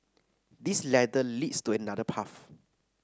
this ladder leads to another path